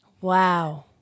Wow